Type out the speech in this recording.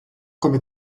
come